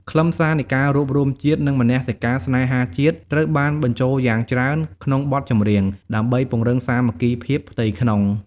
ខ្លឹមសារនៃការរួបរួមជាតិ និងមនសិការស្នេហាជាតិត្រូវបានបញ្ចូលយ៉ាងច្រើនក្នុងបទចម្រៀង ដើម្បីពង្រឹងសាមគ្គីភាពផ្ទៃក្នុង។